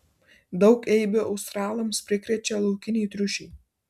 daug eibių australams prikrečia laukiniai triušiai